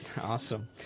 Awesome